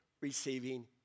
receiving